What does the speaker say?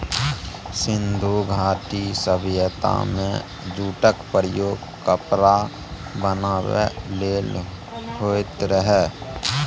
सिंधु घाटी सभ्यता मे जुटक प्रयोग कपड़ा बनाबै लेल होइत रहय